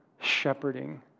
shepherding